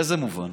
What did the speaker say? באיזה מובן?